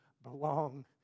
belong